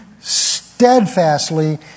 steadfastly